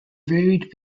varied